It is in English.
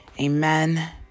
amen